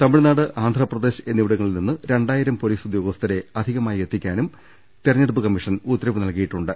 തമിഴ്നാട് ആന്ധ്രപ്രദേശ് എന്നിവിടങ്ങളിൽ നിന്ന് രണ്ടായിരം പൊലീസ് ഉദ്യോഗസ്ഥരെ അധികമായി എത്തിക്കാനും തെര ഞ്ഞെടുപ്പ് കമ്മീഷൻ ഉത്തരവ് നൽകിയിട്ടുണ്ട്